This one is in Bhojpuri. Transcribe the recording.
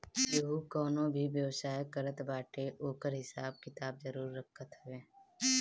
केहू कवनो भी व्यवसाय करत बाटे ओकर हिसाब किताब जरुर रखत हवे